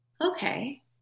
okay